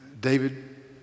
David